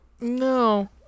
No